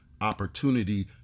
opportunity